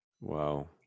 Wow